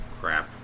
Crap